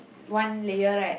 one layer right